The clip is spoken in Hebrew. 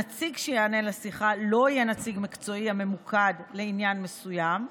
הנציג שיענה לשיחה לא יהיה נציג מקצועי הממוקד לעניין מסוים,